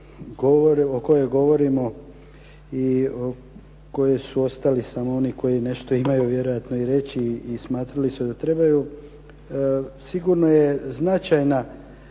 o kojoj govorimo i o kojoj su ostali samo oni koji imaju vjerojatno nešto i reći i smatrali su da trebaju sigurno je značajna